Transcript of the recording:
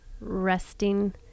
resting